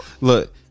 Look